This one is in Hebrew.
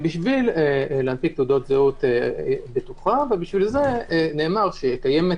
בשביל להנפיק תעודת זהות בטוחה ובשביל זה נאמר שקיימת